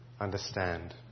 understand